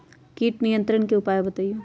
किट नियंत्रण के उपाय बतइयो?